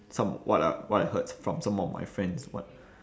some what I what I heard from some of my friends what